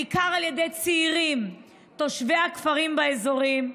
בעיקר על ידי צעירים תושבי הכפרים באזורים.